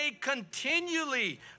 continually